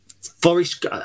Forest